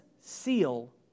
seal